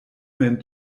mem